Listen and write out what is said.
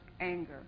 anger